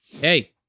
Hey